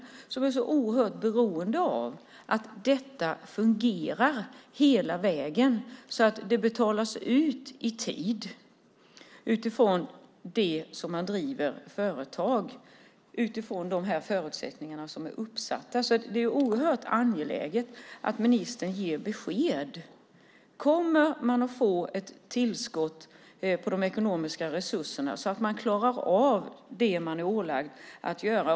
Han eller hon är oerhört beroende av att detta fungerar hela vägen. Stödet ska betalas ut i tid. Man driver ju företag utifrån de förutsättningar som är uppsatta. Det är oerhört angeläget att ministern ger besked. Kommer man att få ett tillskott till de ekonomiska resurserna så att man klarar av det man är ålagd att göra?